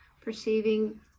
perceiving